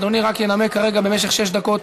אדוני רק ינמק כרגע, במשך שש דקות,